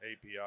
API